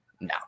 No